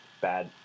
Bad